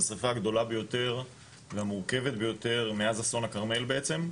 השריפה הגדולה ביותר והמורכבת ביותר מאז אסון הכרמל בעצם,